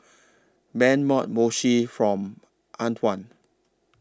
Ben bought Mochi from Antwon